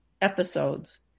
episodes